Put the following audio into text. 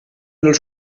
dels